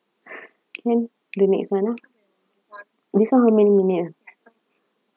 can the next [one] ah this [one] how many minute ah